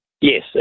Yes